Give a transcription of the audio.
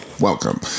welcome